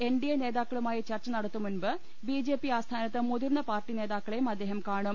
N D A നേതാക്കളുമായി ചർച്ച നടത്തും മുമ്പ് ബി ജെ പി ആസ്ഥാ നത്ത് മുതിർന്ന പാർട്ടി നേതാക്കളെയും അദ്ദേഹം കാണും